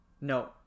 No